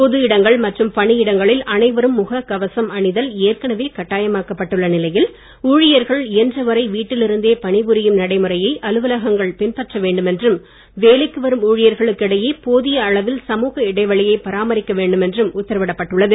பொது இடங்கள் மற்றும் பணியிடங்களில் அனைவரும் முக கவசம் அணிதல் ஏற்கனவே கட்டாயமாக்கப் பட்டுள்ள நிலையில் ஊழியர்கள் இயன்ற வரை வீட்டிலிருந்தே பணிபுரியும் நடைமுறையை அலுவலகங்கள் பின்பற்ற வேண்டும் என்றும் வேலைக்கு வரும் ஊழியர்களுக்கு இடையே போதிய அளவில் சமூக இடைவெளியை பராமரிக்க வேண்டுமென்றும் உத்தரவிடப்பட்டுள்ளது